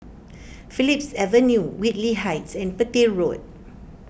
Phillips Avenue Whitley Heights and Petir Road